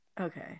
okay